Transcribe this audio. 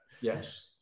Yes